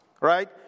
right